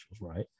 right